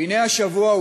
והנה השבוע,